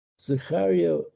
Zechariah